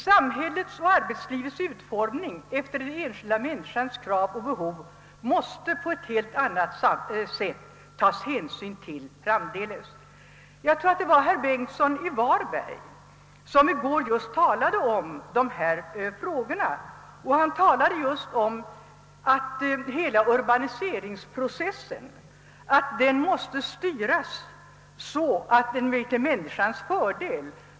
Vi måste framdeles på ett helt annat sätt än förut ta hänsyn till samhällets och arbetslivets utformning efter den enskilda människans krav och behov. Jag tror att det var herr Bengtsson i Varberg som i går just tog upp dessa frågor. Han talade om att hela urbaniseringsprocessen måste styras så, att den blir till människornas fördel.